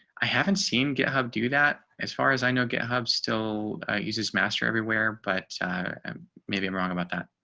i haven't seen github do that as far as i know, github still uses master everywhere, but maybe i'm wrong about that.